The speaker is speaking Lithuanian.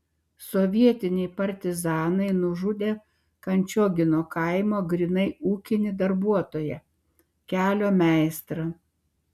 sovietiniai partizanai nužudė kančiogino kaimo grynai ūkinį darbuotoją kelio meistrą